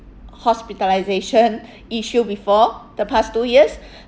hospitalisation issue before the past two years